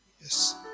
Yes